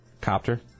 Copter